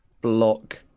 block